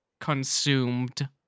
consumed